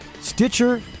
Stitcher